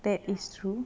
that is true